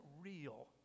real